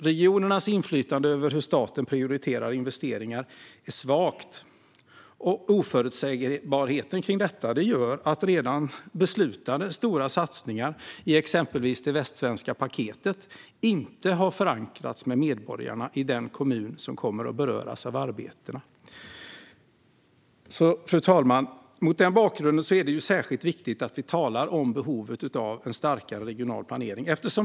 Regionernas inflytande över hur staten prioriterar investeringar är svagt, och oförutsägbarheten gör att redan beslutade stora satsningar, i exempelvis Västsvenska paketet, inte har förankrats med medborgarna i den kommun som kommer att beröras av dessa arbeten. Fru talman! Mot denna bakgrund är det särskilt viktigt att vi talar om behovet av en starkare regional planering.